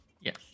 Yes